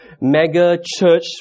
mega-church